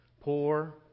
poor